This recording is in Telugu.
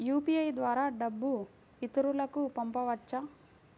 యూ.పీ.ఐ ద్వారా డబ్బు ఇతరులకు పంపవచ్చ?